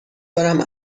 دارم